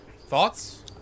Thoughts